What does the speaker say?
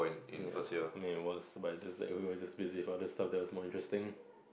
ya that was but is it that worth is just busy this stuff that was more interesting